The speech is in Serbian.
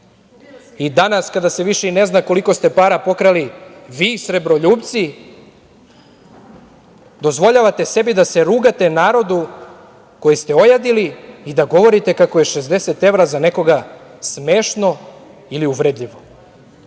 Danas, kada se više i ne zna koliko ste para pokrali, vi, srebroljupci, dozvoljavate sebi da se rugate narodu koji ste ojadili i da govorite kako je 60 evra za nekoga smešno ili uvredljivo. Pitam